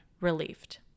relieved